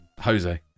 Jose